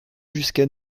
jusqu’à